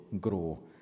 grow